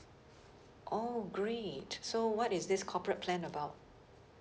oh great so what is this corporate plan about